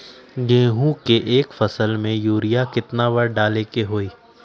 गेंहू के एक फसल में यूरिया केतना बार डाले के होई?